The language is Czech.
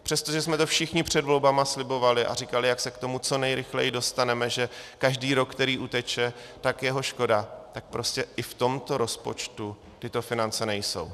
Přestože jsme to všichni před volbami slibovali a říkali, jak se k tomu co nejrychleji dostaneme, že každého roku, který uteče, je škoda, tak prostě i v tomto rozpočtu tyto finance nejsou.